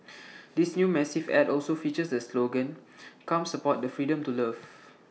this new massive Ad also features the slogan come support the freedom to love